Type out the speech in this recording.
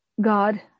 God